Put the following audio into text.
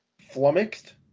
Flummoxed